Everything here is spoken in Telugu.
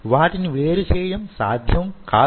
వాటిని వేరు చేయడం సాధ్యం కాదు